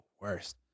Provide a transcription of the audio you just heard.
worst